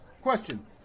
question